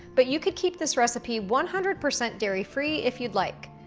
but you could keep this recipe one hundred percent dairy-free if you'd like.